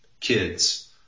Kids